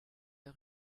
der